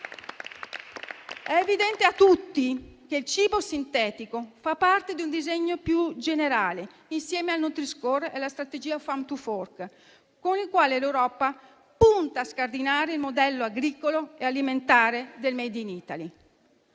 È evidente a tutti che il cibo sintetico fa parte di un disegno più generale, insieme al Nutri-score e alla strategia *farm to fork*, con il quale l'Europa punta a scardinare il modello agricolo e alimentare del *made in Italy*.